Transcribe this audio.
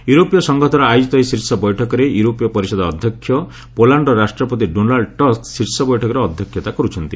ୟରୋପୀୟ ସଂଘଦ୍ୱାରା ଆୟୋଜିତ ଏହି ଶୀର୍ଷ ବୈଠକରେ ୟୁରୋପୀୟ ପରିଷଦ ଅଧ୍ୟକ୍ଷ ପୋଲାଣ୍ଡର ରାଷ୍ଟ୍ରପତି ଡୋନାଲ୍ଡ୍ ଟସ୍କ ଶୀର୍ଷ ବୈଠକରେ ଅଧ୍ୟକ୍ଷତା କର୍ରଛନ୍ତି